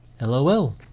LOL